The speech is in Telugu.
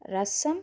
రసం